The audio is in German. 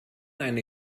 eine